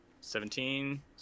Seventeen